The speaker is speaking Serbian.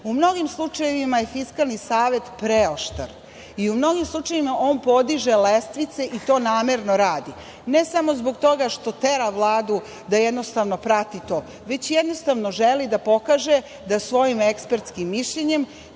novim slučajevima je Fiskalni savet preoštar i u mnogim slučajevima on podiže lestvice i to namerno radi, ne samo zbog tega što tera Vladu da jednostavno prati to, već jednostavno želi da pokaže da svojim ekspertskim mišljenjem